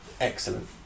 Excellent